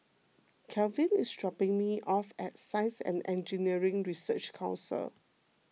Kelvin is dropping me off at Science and Engineering Research Council